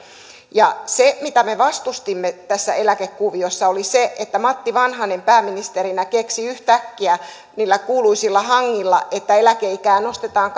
se mitä me vastustimme tässä eläkekuviossa oli se että matti vanhanen pääministerinä keksi yhtäkkiä niillä kuuluisilla hangilla että eläkeikää nostetaan